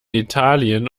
italien